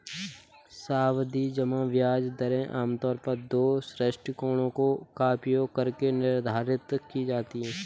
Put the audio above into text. सावधि जमा ब्याज दरें आमतौर पर दो दृष्टिकोणों का उपयोग करके निर्धारित की जाती है